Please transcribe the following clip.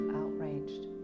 outraged